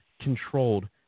controlled